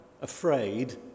afraid